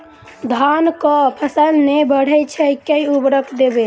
धान कऽ फसल नै बढ़य छै केँ उर्वरक देबै?